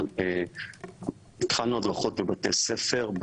התחלנו הדרכות בבתי ספר,